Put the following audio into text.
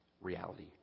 reality